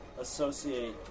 associate